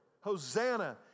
Hosanna